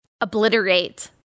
obliterate